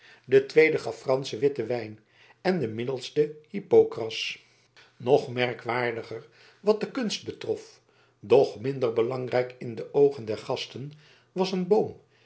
de tweede gaf franschen witten wijn en de middelste hypocras nog merkwaardiger wat de kunst betrof doch minder belangrijk in de oogen der gasten was een boom